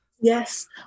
Yes